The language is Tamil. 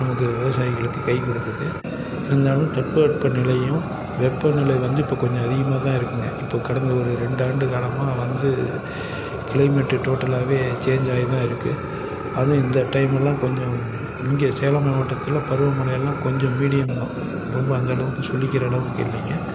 நமக்கு விவசாயிகளுக்கு கைக்கொடுக்குது இருந்தாலும் தட்பவெப்பநிலையும் வெப்பநிலை வந்து இப்போ கொஞ்சம் அதிகமாக தான் இருக்குங்க இப்போ கடந்த ஒரு ரெண்டு ஆண்டுகாலமாக வந்து க்ளைமெட்டு டோட்டலாகவே சேஞ்ச் ஆகிதான் இருக்கு அதுவும் இந்த டைமெல்லாம் கொஞ்சம் இங்கே சேலம் மாவட்டத்தில் பருவமழையெல்லாம் கொஞ்சம் மீடியம் தான் ரொம்ப அந்தளவுக்கு சொல்லிக்கிற அளவுக்கு இல்லைங்க